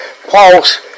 false